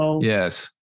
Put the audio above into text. Yes